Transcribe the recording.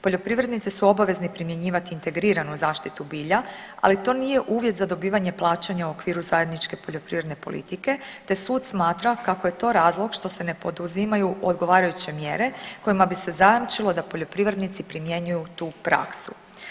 Poljoprivrednici su obavezni primjenjivati integriranu zaštitu bilja, ali to nije uvjet za dobivanje plaćanja u okviru zajedničke poljoprivredne politike te sud smatra kako je to razlog što se ne poduzimaju odgovarajuće mjere kojima bi se zajamčilo da poljoprivrednici primjenjuju tu praksu.